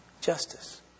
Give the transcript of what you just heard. justice